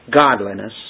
godliness